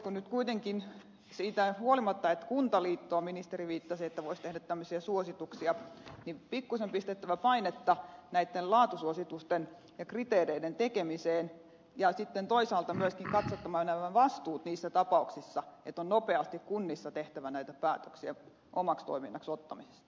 olisiko nyt kuitenkin näissä tilanteissa siitä huolimatta että ministeri viittasi kuntaliittoon että se voisi tehdä tämmöisiä suosituksia pikkuisen pistettävä painetta näitten laatusuositusten ja kriteereiden tekemiseen ja sitten toisaalta myöskin katsottava vastuut niissä tapauksissa että on nopeasti kunnissa tehtävä päätöksiä omaksi toiminnaksi ottamisesta